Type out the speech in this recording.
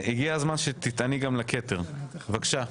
הגיע הזמן שתטעני גם לכתר, בבקשה.